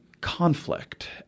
conflict